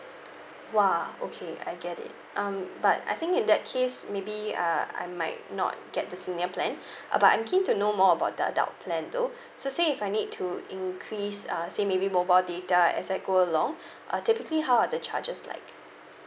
!wah! okay I get it um but I think in that case maybe uh I might not get the senior plan uh but I'm keen to know more about the adult plan though so say if I need to increase uh say maybe mobile data as I go along uh typically how are the charges like